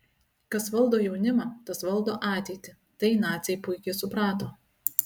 kas valdo jaunimą tas valdo ateitį tai naciai puikiai suprato